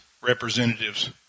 representatives